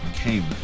came